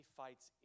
fights